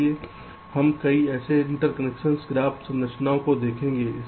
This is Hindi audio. इसलिए हम कई ऐसे इंटरकनेक्शन ग्राफ संरचनाओं को देखेंगे